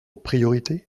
priorité